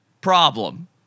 problem